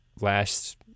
last